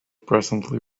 presently